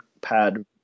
pad